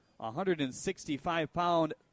165-pound